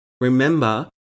Remember